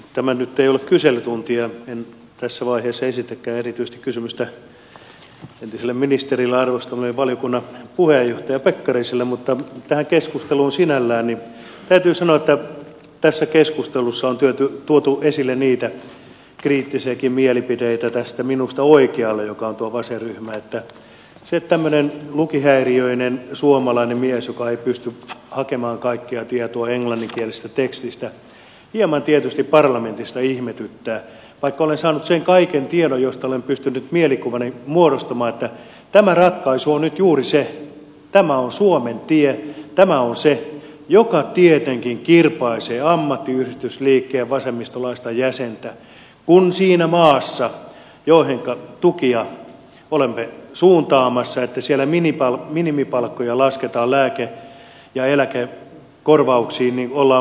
tämä nyt ei ole kyselytunti ja en tässä vaiheessa esitäkään erityisesti kysymystä entiselle ministerille arvostamalleni valiokunnan puheenjohtaja pekkariselle mutta tähän keskusteluun sinällään täytyy sanoa että tässä keskustelussa on tuotu esille niitä kriittisiäkin mielipiteitä tässä minusta oikealla jossa on tuo vasenryhmä että tämmöistä lukihäiriöistä suomalaista miestä joka ei pysty hakemaan kaikkea tietoa englanninkielisestä tekstistä hieman tietysti parlamentissa ihmetyttää vaikka olen saanut sen kaiken tiedon josta olen pystynyt mielikuvani muodostamaan että tämä ratkaisu on nyt juuri se tämä on suomen tie tämä on se mikä tietenkin kirpaisee ammattiyhdistysliikkeen vasemmistolaista jäsentä kun siinä maassa joihinka tukia olemme suuntaamassa minimipalkkoja lasketaan lääke ja eläkekorvauksiin ollaan puuttumassa